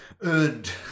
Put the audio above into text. earned